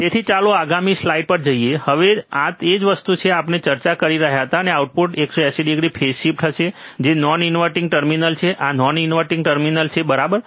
તેથી ચાલો આગળની સ્લાઇડ પર જઈએ હવે આ તે જ વસ્તુ છે જેની આપણે ચર્ચા કરી રહ્યા હતા અને આઉટપુટ 180 ડિગ્રી ફેઝ શિફ્ટ હશે જે નોન ઇન્વર્ટીંગ ટર્મિનલ છે આ નોન ઇન્વર્ટીંગ ટર્મિનલ છે બરાબર